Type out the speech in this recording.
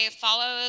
follow